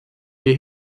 wir